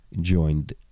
joined